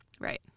right